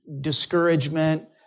discouragement